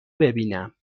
ببینم